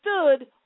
stood